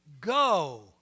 go